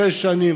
שש שנים,